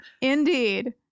Indeed